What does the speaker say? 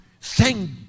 Thank